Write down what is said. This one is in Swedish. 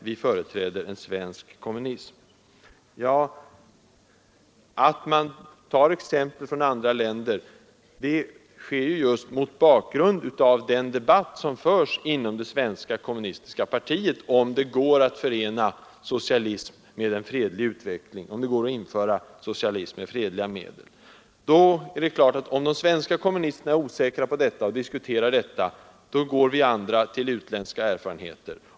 Vi företräder en svensk kommunism.” Ja, att man tar exempel från andra länder sker ju just mot bakgrund av den debatt som förs inom det svenska kommunistiska partiet — om det går att införa socialism med fredliga medel. Det är klart att om de svenska kommunisterna är osäkra om detta och diskuterar det, då går vi andra till utländska erfarenheter.